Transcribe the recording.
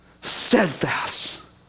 Steadfast